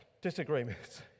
disagreements